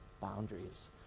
boundaries